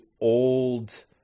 old